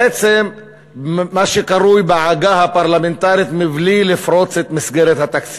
בעצם מה שקרוי בעגה הפרלמנטרית: מבלי לפרוץ את מסגרת התקציב.